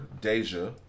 Deja